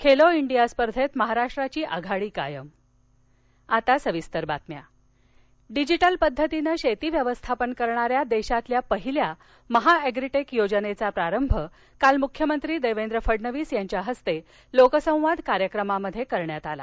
Khelo India स्पर्धेत महाराष्ट्राची आघाडी कायम लोकसंवाद डिजिटल पद्धतीनं शेती व्यवस्थापन करणाऱ्या देशातल्या पहिल्या महाएग्रीटेक योजनेचा प्रारंभ काल मुख्यमंत्री देवेंद्र फडणवीस यांच्या हस्ते लोकसंवाद कार्यक्रमात करण्यात आला